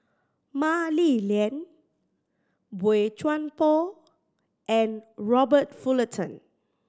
Mah Li Lian Boey Chuan Poh and Robert Fullerton